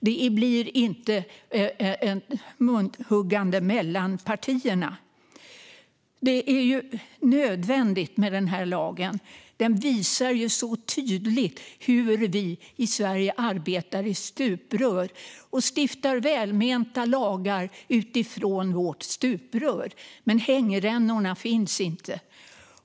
Det blir inte ett munhuggande mellan partierna. Lagen är nödvändig. Den visar tydligt hur vi i Sverige arbetar i stuprör. Vi stiftar välmenta lagar utifrån vårt stuprör, men hängrännor finns inte.